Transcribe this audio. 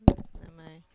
never mind